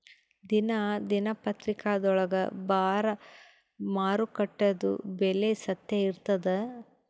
ದಿನಾ ದಿನಪತ್ರಿಕಾದೊಳಾಗ ಬರಾ ಮಾರುಕಟ್ಟೆದು ಬೆಲೆ ಸತ್ಯ ಇರ್ತಾದಾ?